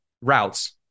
routes